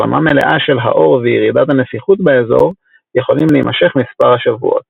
החלמה מלאה של העור וירידת הנפיחות באזור - יכולים להימשך מספר שבועות.